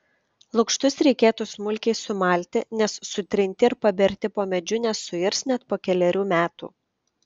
lukštus reikėtų smulkiai sumalti nes sutrinti ir paberti po medžiu nesuirs net po kelerių metų